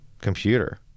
computer